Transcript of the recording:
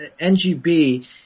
NGB